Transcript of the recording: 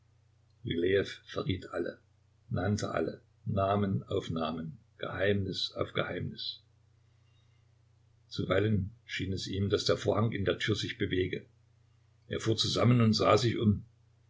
verriet alle nannte alle namen auf namen geheimnis auf geheimnis zuweilen schien es ihm daß der vorhang in der tür sich bewege er fuhr zusammen und sah sich um